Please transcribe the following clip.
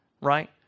Right